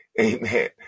amen